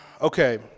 okay